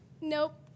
Nope